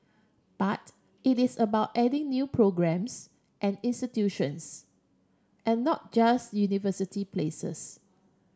but it is about adding new programmes and institutions and not just university places